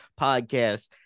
podcast